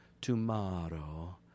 tomorrow